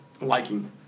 liking